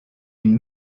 une